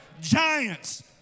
Giants